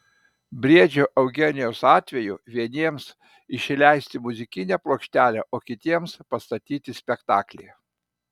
briedžio eugenijaus atveju vieniems išleisti muzikinę plokštelę o kitiems pastatyti spektaklį